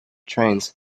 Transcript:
trains